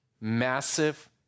massive